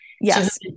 Yes